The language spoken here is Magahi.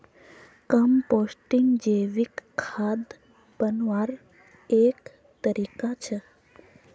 कम्पोस्टिंग जैविक खाद बन्वार एक तरीका छे